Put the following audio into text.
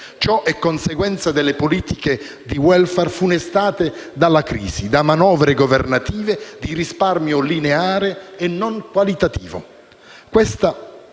Ciò è conseguenza delle politiche di *welfare* funestate dalla crisi, da manovre governative di risparmio lineare e non qualitativo.